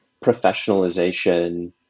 professionalization